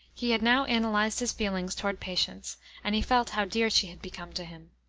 he had now analyzed his feelings toward patience and he felt how dear she had become to him.